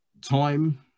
time